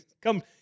Come